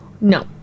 No